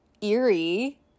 eerie